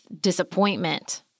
disappointment